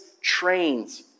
trains